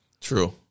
True